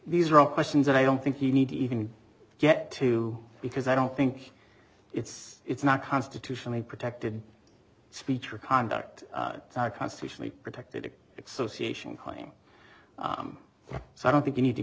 these are all questions that i don't think you need to even get to because i don't think it's it's not constitutionally protected speech or conduct constitutionally protected it's sociate claim so i don't think we need to